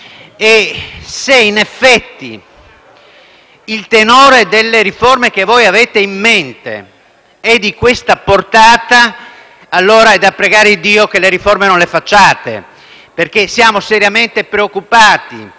E se in effetti il tenore delle riforme che avete in mente è di questa portata, allora è da pregare Iddio che le riforme non le facciate, perché siamo seriamente preoccupati.